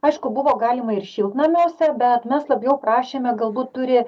aišku buvo galima ir šiltnamiuose bet mes labiau prašėme galbūt turi